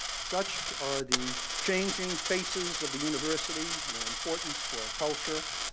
such are the changing faces of the university and their importance to our culture.